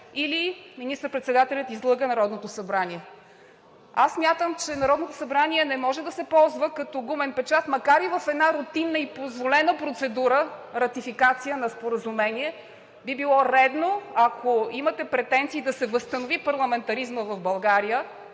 или министър-председателят излъга Народното събрание? Смятам, че Народното събрание не може да се ползва като гумен печат, макар и в една рутинна и позволена процедура – ратификация на споразумение. Би било редно, ако имате претенции да се възстанови парламентаризмът в България,